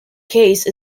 case